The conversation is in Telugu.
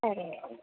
సరే అండి